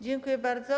Dziękuję bardzo.